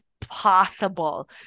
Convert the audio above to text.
possible